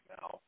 now